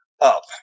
up